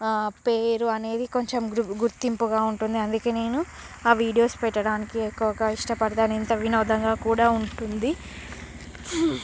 పేరు అనేది కొంచెం గు గుర్తింపుగా ఉంటుంది అందుకే నేను ఆ వీడియోస్ పెట్టడానికి ఎక్కువగా ఇష్టపడతాను ఎంత వినోదంగా కూడా ఉంటుంది